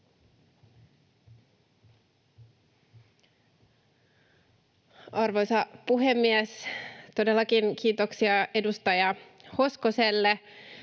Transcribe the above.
Arvoisa puhemies! Todellakin kiitoksia edustaja Hoskoselle